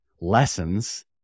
lessons